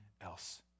else